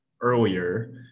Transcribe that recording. earlier